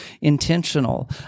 intentional